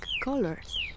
colors